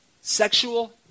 sexual